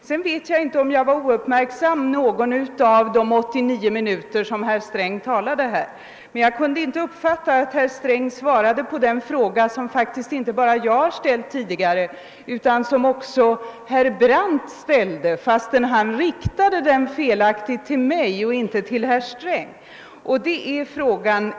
Jag vet inte om jag var ouppmärksam under någon av de 89 minuter som herr Sträng talade, men jag kunde inte uppfatta att han svarade på den fråga som faktiskt inte bara jag utan även herr Brandt ställde, ehuru denne felaktigt riktade frågan till mig och inte till herr Sträng.